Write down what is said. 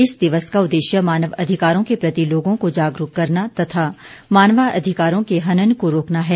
इस दिवस का उद्देश्य मानव अधिकारों के प्रति लोगों को जागरुक करना तथा मानवाधिकारों के हनन को रोकना है